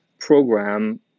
program